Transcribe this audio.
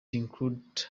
includes